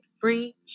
free